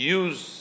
use